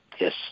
Yes